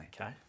Okay